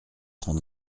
trente